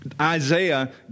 Isaiah